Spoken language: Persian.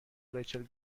ریچل